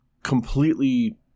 Completely